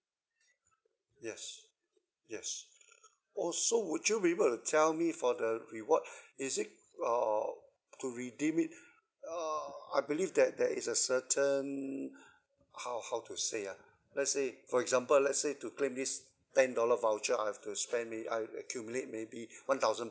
yes yes also would you be able to tell me for the reward is it or to redeem it uh I believe that there is a certain how how to say ah let's say for example let's say to claim this ten dollar voucher I have to spend may I accumulate maybe one thousand